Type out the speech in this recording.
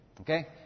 Okay